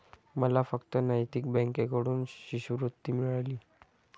मला फक्त नैतिक बँकेकडून शिष्यवृत्ती मिळाली